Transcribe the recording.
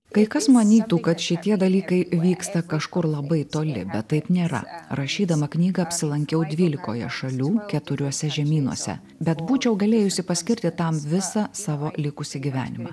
kai kas manytų kad šitie dalykai vyksta kažkur labai toli bet taip nėra rašydama knygą apsilankiau dvylikoje šalių keturiuose žemynuose bet būčiau galėjusi paskirti tam visą savo likusį gyvenimą